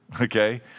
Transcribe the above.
Okay